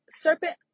serpent